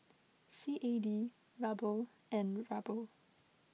C A D Ruble and Ruble